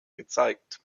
gezeigt